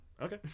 Okay